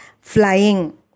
flying